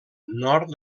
nord